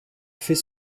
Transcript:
fait